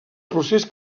procés